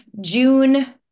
june